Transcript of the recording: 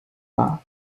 bar